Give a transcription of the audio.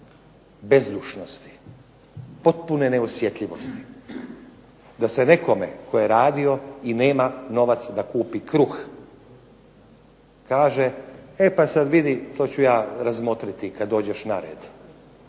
bezdušnosti, potpune neosjetljivosti da je nekome tko je radio i nema novac da kupi kruh kaže e pa sad vidi to ću ja razmotriti kad dođeš na red,